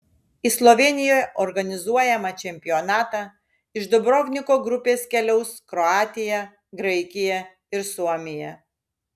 į slovėnijoje organizuojamą čempionatą iš dubrovniko grupės keliaus kroatija graikija ir suomija